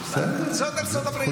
זאת ארצות הברית.